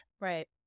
Right